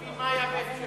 שנבין מה היה ב-172?